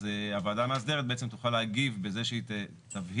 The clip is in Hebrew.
אז הוועדה המסדרת בעצם תוכל להגיב בזה שהיא תבהיר,